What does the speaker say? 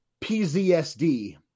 pzsd